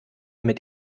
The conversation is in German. mit